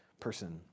person